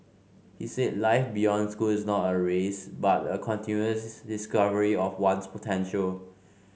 he said life beyond school is not a race but a continuous discovery of one's potential